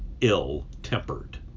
ill-tempered